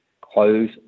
close